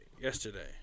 yesterday